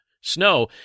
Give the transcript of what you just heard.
snow